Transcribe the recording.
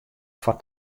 foar